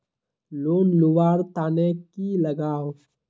Loan लुवा र तने की लगाव?